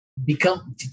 become